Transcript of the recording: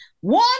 One